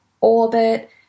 orbit